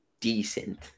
decent